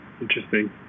Interesting